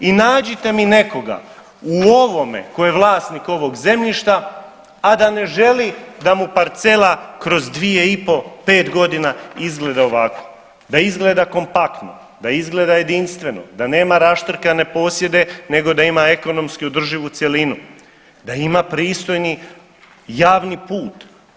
I nađite mi nekoga u ovome tko je vlasnik ovog zemljišta, a da ne želi da mu parcela kroz dvije i pol, pet godina izgleda ovako, da izgleda kompaktno, da izgleda jedinstveno, da nema raštrkane posjede, nego da ima ekonomski održivu cjelinu, da ima pristojni javni put.